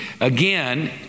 Again